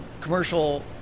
Commercial